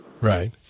Right